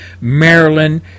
Maryland